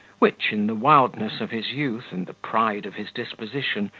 which, in the wildness of his youth, and the pride of his disposition,